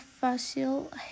facial